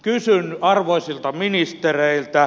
kysyn arvoisilta ministereiltä